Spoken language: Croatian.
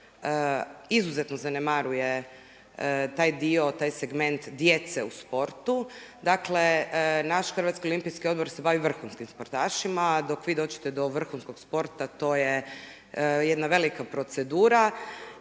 izuzetno zanemaruje taj dio, taj segment djece u sportu. Dakle, naš Hrvatski olimpijski odbor se bavi vrhunskim sportašima, dok vi dođete do vrhunskog sporta to je jedna velika procedura,